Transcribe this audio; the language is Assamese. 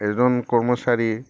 এজন কৰ্মচাৰীৰ